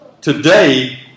today